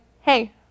hey